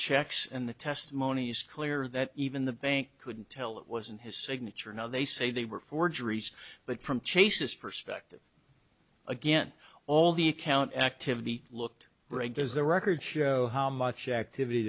checks and the testimony is clear that even the bank couldn't tell it wasn't his signature now they say they were forgeries but from chase's perspective again all the account activity looked great does the record show how much activity